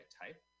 type